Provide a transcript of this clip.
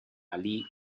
ali